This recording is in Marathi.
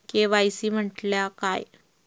के.वाय.सी म्हटल्या काय?